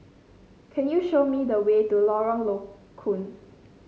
can you show me the way to Lorong Low Koon